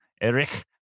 Eric